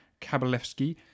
Kabalevsky